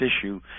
issue